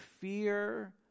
fear